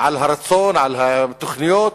על הרצון, על התוכניות.